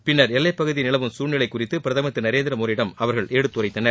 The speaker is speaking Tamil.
பின்னர் எல்லைப் பகுதியில் நிலவும் சூழ்நிலை குறித்து பிரதமர் திரு நரேந்திர மோடியிடம் அவர்கள் எடுத்துரைத்தனர்